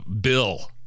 bill